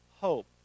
hope